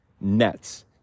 nets